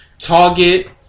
Target